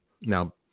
Now